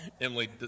Emily